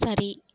சரி